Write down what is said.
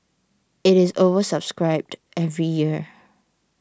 it is oversubscribed every year